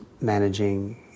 managing